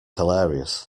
hilarious